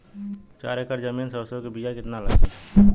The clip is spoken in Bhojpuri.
चार एकड़ जमीन में सरसों के बीया कितना लागी?